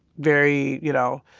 very you know,